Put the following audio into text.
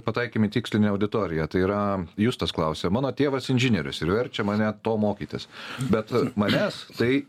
pataikėm į tikslinę auditoriją tai yra justas klausė mano tėvas inžinierius ir verčia mane to mokytis bet manęs tai